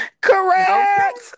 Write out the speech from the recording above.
correct